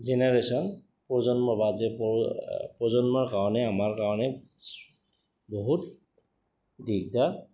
generation প্ৰজন্ম বা প্ৰজন্মৰ কাৰণে আমাৰ কাৰণে বহুত দিগদাৰ